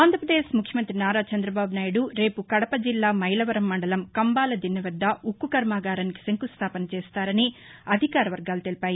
ఆంధ్రాపదేశ్ ముఖ్య మంతి నారా చంద్ర బాబు నాయుడు రేపు కడప జిల్లా మైలవరం మండలం కంబాల దిన్నె వద్ద ఉక్కుకర్మాగారానికి శంకు స్టాపన చేస్తారని అధికార వర్గాలు తెలిపాయి